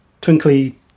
twinkly